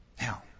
Now